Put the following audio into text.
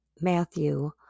Matthew